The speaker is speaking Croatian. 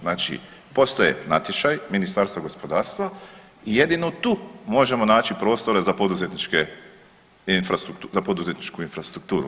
Znači postoje natječaji Ministarstva gospodarstva i jedino tu možemo naći prostora za poduzetničku infrastrukturu.